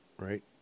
right